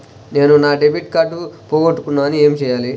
నేను నా debit card పోగొట్టుకున్నాను ఏమి చేయాలి?